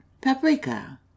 paprika